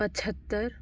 पचहत्तर